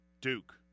Duke